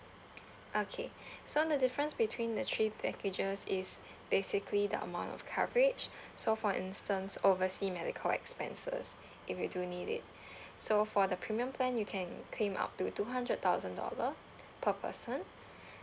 okay so the difference between the three packages is basically the amount of coverage so for instance oversea medical expenses if you do need it so for the premium plan you can claim up to two hundred thousand dollar per person